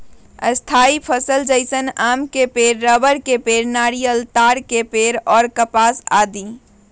स्थायी फसल जैसन आम के पेड़, रबड़ के पेड़, नारियल, ताड़ के पेड़ और कपास आदि